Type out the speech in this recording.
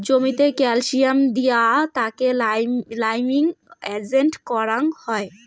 জমিতে ক্যালসিয়াম দিয়া তাকে লাইমিং এজেন্ট করাং হই